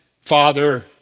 father